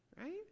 Right